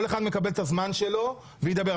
כל אחד מקבל את הזמן שלו וידבר.